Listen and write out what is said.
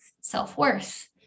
self-worth